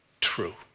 true